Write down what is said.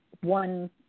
one